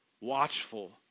watchful